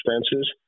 expenses